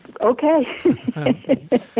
Okay